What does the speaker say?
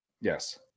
Yes